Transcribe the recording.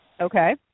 Okay